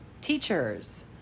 Teachers